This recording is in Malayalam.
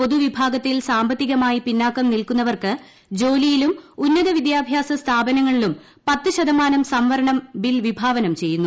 പൊതുവിഭാഗത്തിൽ സാമ്പത്തികമായി പിന്നാക്കം നിൽക്കുന്നവർക്ക് ജോലിയിലും ഉന്നത വിദ്യാഭ്യാസ സ്ഥാപനങ്ങളിലും പത്ത് ശതമാനം സംവരണം ബിൽ വിഭാവനം ചെയ്യുന്നു